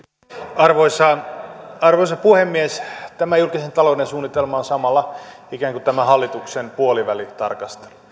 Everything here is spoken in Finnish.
arvoisa arvoisa puhemies tämä julkisen talouden suunnitelma on samalla ikään kuin tämän hallituksen puolivälitarkastelu